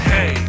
Hey